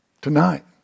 tonight